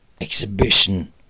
exhibition